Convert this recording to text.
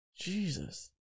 Jesus